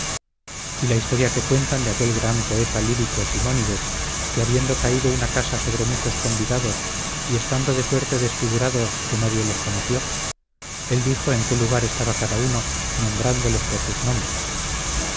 y la historia que cuentan de aquel gran poeta lírico simónides que habiendo caído una casa sobre muchos convidados y estando de suerte desfigurados que nadie los conoció él dijo en qué lugar estaba cada uno nombrándoles por sus nombres